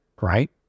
right